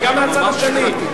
וגם מהצד השני.